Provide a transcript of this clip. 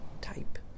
type